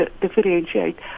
differentiate